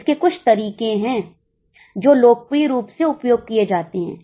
इसके कुछ तरीके हैं जो लोकप्रिय रूप से उपयोग किए जाते हैं